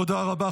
תודה רבה.